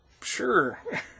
sure